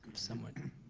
someone.